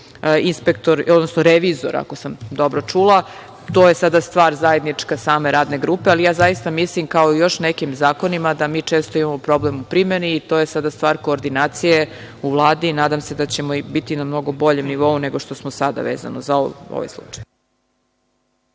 se pojavi još revizora, ako sam dobro čula. To je sada stvar, zajednička, radne grupe, ali ja zaista mislim, kao u još nekim zakonima, da mi često imamo problem primene i to je sada stvar koordinacije u Vladi. Nadam se da ćemo biti na mnogo boljem nivou nešto što smo sada, vezano za ovaj slučaj.